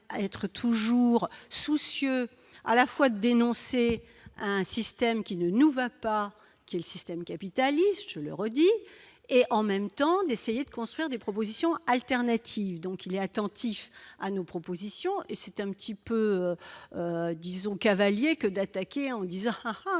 à être toujours soucieux à la fois un système qui ne nous va pas qui est le système capitaliste, je le redis, et en même temps d'essayer de construire des propositions alternatives, donc il est attentif à nos propositions et c'est un petit peu disons cavalier que d'attaquer en disant : le